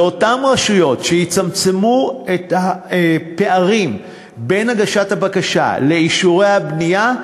לאותן רשויות שיצמצמו את הפערים בין הגשת הבקשה למתן אישורי הבנייה,